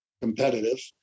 competitive